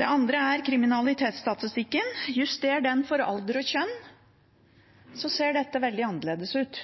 Det andre er kriminalitetsstatistikken. Juster den for alder og kjønn, så ser dette veldig annerledes ut!